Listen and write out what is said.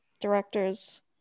directors